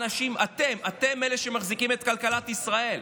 אתם, אתם אלה שמחזיקים את כלכלת ישראל.